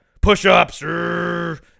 Push-ups